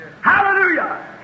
Hallelujah